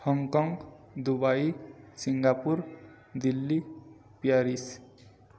Hong Kong Dubai Singapore Delhi Paris